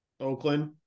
Oakland